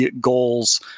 goals